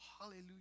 Hallelujah